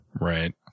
Right